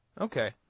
Okay